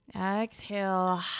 Exhale